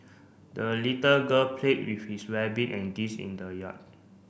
the little girl played with his rabbit and geese in the yard